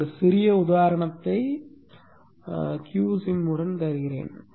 நான் ஒரு சிறிய உதாரணத்தை qsim உடன் தருகிறேன்